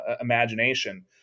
imagination